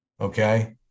okay